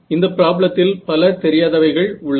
இந்த ப்ராப்ளத்தில் பல தெரியாதவைகள் உள்ளன